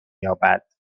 یابد